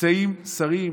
נמצאים שרים,